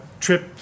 trip